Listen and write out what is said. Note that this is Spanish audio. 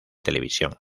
televisión